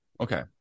Okay